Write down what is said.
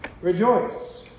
rejoice